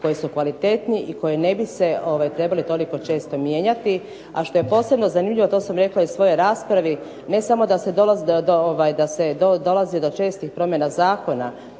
koji su kvalitetniji i koji ne bi se trebali toliko često mijenjati. A što je posebno zanimljivo, to sam rekla i u svojoj raspravi, ne samo da se dolazi do čestih promjena zakona